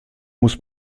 muss